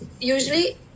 usually